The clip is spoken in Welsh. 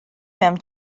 mewn